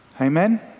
Amen